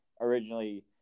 originally